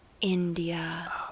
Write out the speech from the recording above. India